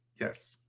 yes.